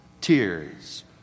tears